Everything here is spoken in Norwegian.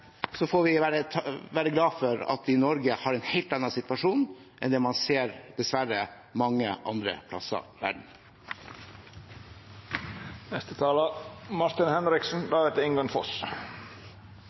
være glad for at vi i Norge har en helt annen situasjon enn det man dessverre ser mange andre